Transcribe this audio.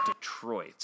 Detroit